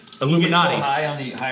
Illuminati